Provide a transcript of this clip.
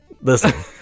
listen